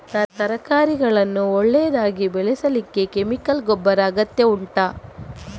ತರಕಾರಿಗಳನ್ನು ಒಳ್ಳೆಯದಾಗಿ ಬೆಳೆಸಲಿಕ್ಕೆ ಕೆಮಿಕಲ್ ಗೊಬ್ಬರದ ಅಗತ್ಯ ಉಂಟಾ